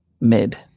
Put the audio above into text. mid